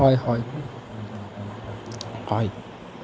হয় হয় হয়